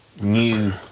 new